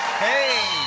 hey,